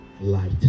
light